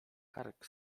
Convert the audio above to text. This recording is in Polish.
kark